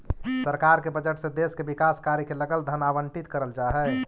सरकार के बजट से देश के विकास कार्य के लगल धन आवंटित करल जा हई